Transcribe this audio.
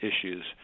issues